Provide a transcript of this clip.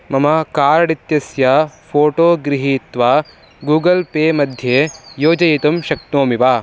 मम कार्ड् इत्यस्य फ़ोटो गृहीत्वा गूगल् पे मध्ये योजयितुं शक्नोमि वा